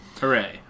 Hooray